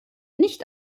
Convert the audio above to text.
nicht